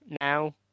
now